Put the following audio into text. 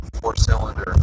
four-cylinder